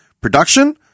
production